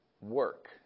work